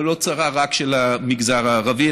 אבל לא צרה רק של המגזר הערבי,